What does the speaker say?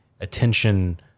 attention